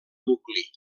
nucli